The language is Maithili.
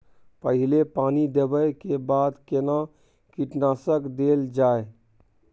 पहिले पानी देबै के बाद केना कीटनासक देल जाय?